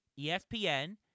ESPN